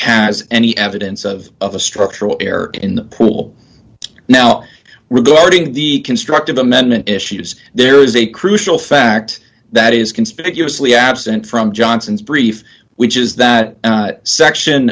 has any evidence of a structural error in the pool now regarding the constructive amendment issues there is a crucial fact that is conspicuously absent from johnson's brief which is that section